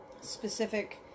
specific